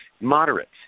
moderate